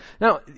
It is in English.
Now